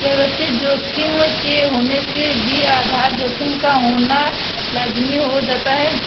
व्यवस्थित जोखिम के होने से भी आधार जोखिम का होना लाज़मी हो जाता है